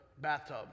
bathtub